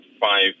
five